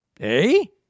Hey